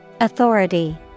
Authority